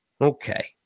okay